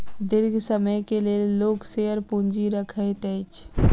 दीर्घ समय के लेल लोक शेयर पूंजी रखैत अछि